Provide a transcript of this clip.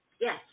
Yes